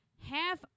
half